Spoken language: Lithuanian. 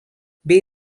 bei